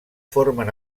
formen